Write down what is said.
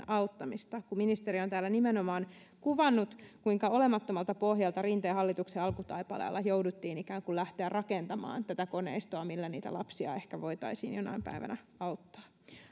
auttamista kun ministeri on täällä nimenomaan kuvannut kuinka olemattomalta pohjalta rinteen hallituksen alkutaipaleella jouduttiin ikään kuin lähtemään rakentamaan tätä koneistoa millä niitä lapsia ehkä voitaisiin jonain päivänä auttaa